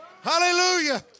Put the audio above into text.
Hallelujah